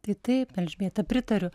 tai taip elžbieta pritariu